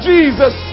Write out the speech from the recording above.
Jesus